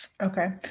Okay